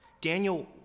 daniel